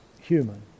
human